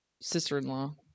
sister-in-law